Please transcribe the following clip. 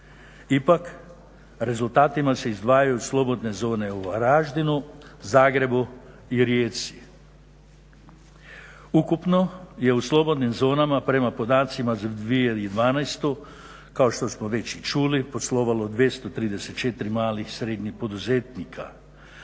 Ipak rezultatima se izdvajaju slobodne zone u Varaždinu, Zagrebu i Rijeci. Ukupno je u slobodnim zonama prema podacima za 2012. kao što smo već i čuli poslovalo 234 malih srednjih poduzetnika.